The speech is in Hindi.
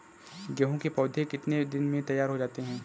गेहूँ के पौधे कितने दिन में तैयार हो जाते हैं?